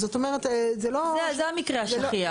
אז זאת אומרת זה לא --- זה המקרה השכיח.